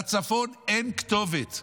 לצפון אין כתובת.